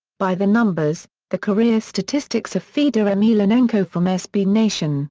by the numbers the career statistics of fedor emelianenko from sb nation.